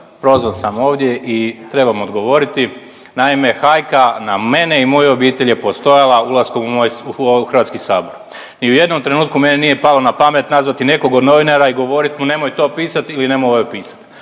prozvan sam ovdje i trebam odgovoriti. Naime, hajka na mene i moju obitelj je postojala ulaskom u HS. Ni u jednom trenutku meni nije palo na pamet nazvati nekog od novinara i govorit mu nemoj to pisat ili nemoj ovo pisat.